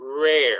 rare